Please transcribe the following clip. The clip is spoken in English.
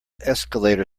escalator